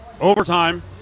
Overtime